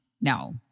No